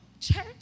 church